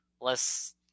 less